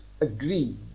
agree